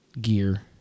gear